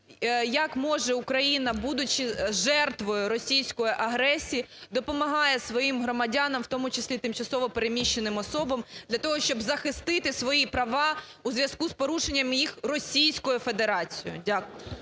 як може Україна, будучи жертвою російської агресії, допомагає своїм громадянам, в тому числі тимчасово переміщеним особам для того, щоб захистити свої права у зв'язку з порушенням їх Російською Федерацією. Дякую.